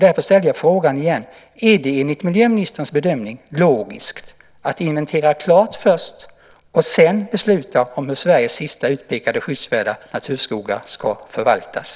Därför ställer jag frågan igen: Är det enligt miljöministerns bedömning logiskt att inventera klart först och sedan besluta om hur Sveriges sista utpekade skyddsvärda naturskogar ska förvaltas?